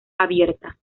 abierta